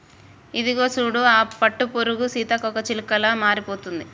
అదిగో చూడు ఆ పట్టుపురుగు సీతాకోకచిలుకలా మారిపోతుంది